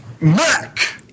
Mac